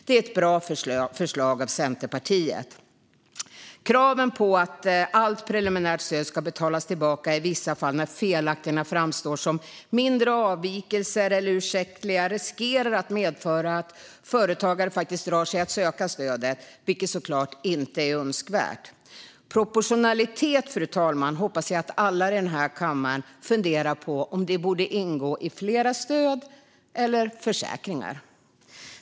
Det är ett bra förslag av Centerpartiet. Kraven på att allt preliminärt stöd ska betalas tillbaka i vissa fall när felaktigheterna framstår som mindre avvikelser eller som ursäktliga riskerar att medföra att företagare faktiskt drar sig för att söka stödet, vilket såklart inte är önskvärt. Jag hoppas, fru talman, att alla i den här kammaren funderar på om proportionalitet borde ingå i fler stöd och försäkringar.